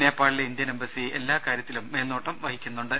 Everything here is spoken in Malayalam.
നേപ്പാളിലെ ഇന്ത്യൻ എംബസി എല്ലാ കാര്യത്തിലും മേൽനോട്ടം വഹിക്കുന്നുണ്ട്